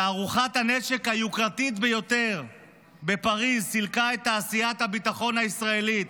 תערוכת הנשק היוקרתית ביותר בפריז סילקה את תעשיית הביטחון הישראלית.